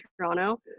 Toronto